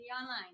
online